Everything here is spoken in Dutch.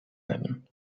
hebben